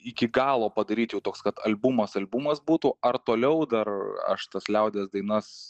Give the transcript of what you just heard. iki galo padaryt jau toks kad albumas albumas būtų ar toliau dar aš tas liaudies dainas